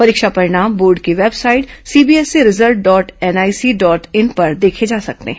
परीक्षा परिणाम बोर्ड की website CBSE result dot NIC dot in पर देखे जा सकते हैं